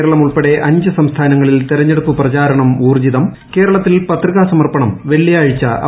കേരളം ഉൾപ്പെടെ അഞ്ച് സംസ്ഥാനങ്ങളിൽ തെരെഞ്ഞെടുപ്പ് പ്രചാരണം ഊർജ്ജിതം കേരളത്തിൽ പത്രികാ സമർപ്പണം വെളളിയാഴ്ച അവസാനിക്കും